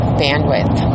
bandwidth